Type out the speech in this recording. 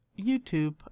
YouTube